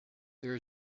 there